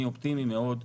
אני אופטימי מאוד,